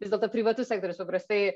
vis dėlto privatus sektorius paprastai